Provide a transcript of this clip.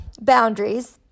Boundaries